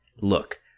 Look